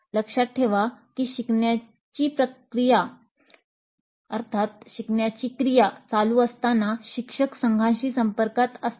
लक्षात ठेवा की शिकण्याची क्रिया चालू असताना शिक्षक संघांशी संपर्कात असतात